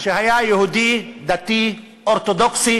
שהיה יהודי דתי אורתודוקסי